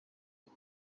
iki